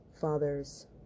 father's